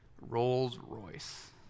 Rolls-Royce